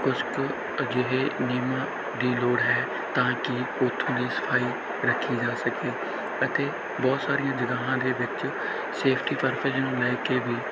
ਕੁਛ ਕੁ ਅਜਿਹੇ ਨਿਯਮਾਂ ਦੀ ਲੋੜ ਹੈ ਤਾਂ ਕਿ ਉੱਥੋਂ ਦੀ ਸਫਾਈ ਰੱਖੀ ਜਾ ਸਕੇ ਅਤੇ ਬਹੁਤ ਸਾਰੀਆਂ ਜਗ੍ਹਾਵਾਂ ਦੇ ਵਿੱਚ ਸੇਫਟੀ ਪਰਪਜ ਨੂੰ ਲੈ ਕੇ ਵੀ